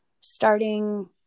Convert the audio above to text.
starting